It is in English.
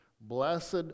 blessed